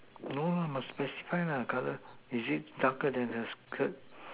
no lah must specify lah color is it darker than the skirt